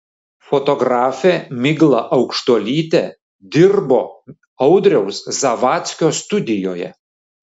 fotografė migla aukštuolytė dirbo audriaus zavadskio studijoje